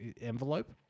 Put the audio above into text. Envelope